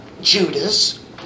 Judas